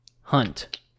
hunt